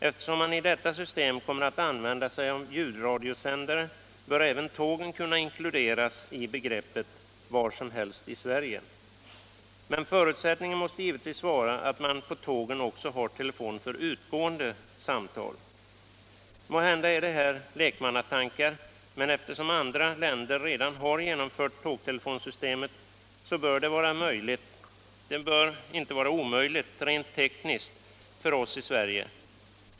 Eftersom man i detta system kommer att använda sig av ljudradiosändare, bör även tågen kunna inkluderas i begreppet ”var som helst i Sverige”. Men förutsättningen måste givetvis vara att man på tågen också har telefon för utgående samtal. Måhända är det här lekmannatankar, men eftersom andra länder redan har genomfört tågtelefonsystemet bör det rent tekniskt inte vara omöjligt att genomföra i Sverige.